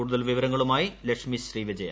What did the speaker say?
കൂടുതൽ വിവരങ്ങളുമായി ലക്ഷ്മി ശ്രീ വിജിയ്